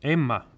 Emma